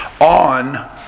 on